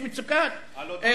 יש מצוקת שיכון.